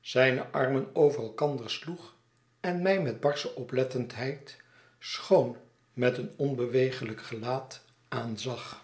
zijne armen over elkander sloeg en mij met barsche oplettendheid schoon met een onbeweeglijk gelaat aanzag